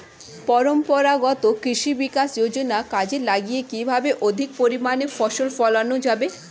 পরম্পরাগত কৃষি বিকাশ যোজনা কাজে লাগিয়ে কিভাবে অধিক পরিমাণে ফসল ফলানো যাবে?